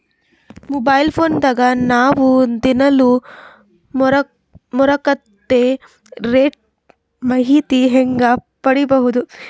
Mobile phone ದಾಗ ನಾವು ದಿನಾಲು ಮಾರುಕಟ್ಟೆ ರೇಟ್ ಮಾಹಿತಿ ಹೆಂಗ ಪಡಿಬಹುದು?